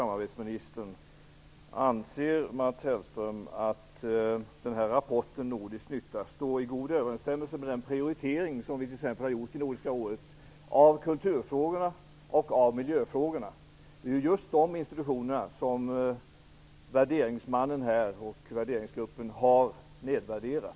Mats Hellström att rapporten Nordisk nytta står i god överensstämmelse med den prioritering som vi t.ex. har gjort i Nordiska rådet av kulturfrågorna och av miljöfrågorna? Det är institutionerna på just de områdena som värderingsgruppen har nedvärderat.